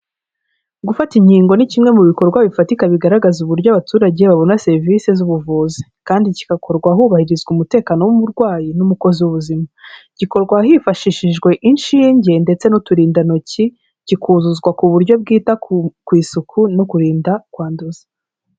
Gufata inkingo ni kimwe mu bikorwa bifatika bigaragaza uburyo abaturage babona serivisi z'ubuvuzi, kandi kigakorwa hubahirizwa umutekano w'uburwayi n'umukozi w'ubu ubuzima gikorwa hifashishijwe inshinge ndetse n'uturindantoki, kikuzuzwa ku buryo bwita ku kurinds isuku no kurinda kwanduza.